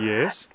Yes